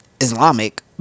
Islamic